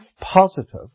positive